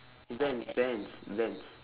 Vans Vans Vans